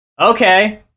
okay